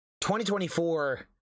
2024